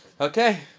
Okay